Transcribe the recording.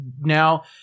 now